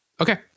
okay